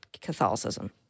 Catholicism